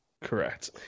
Correct